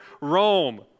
Rome